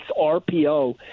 RPO